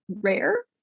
rare